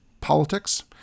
Politics